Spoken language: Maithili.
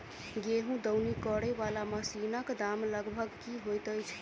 गेंहूँ दौनी करै वला मशीन कऽ दाम लगभग की होइत अछि?